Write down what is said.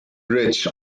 ridge